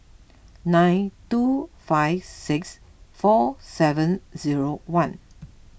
nine two five six four seven zero one